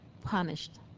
punished